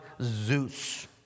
Zeus